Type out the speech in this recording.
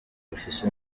bifise